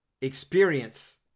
experience